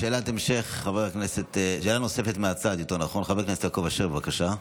שאלה נוספת מהצד, חבר הכנסת יעקב אשר, בבקשה.